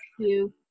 two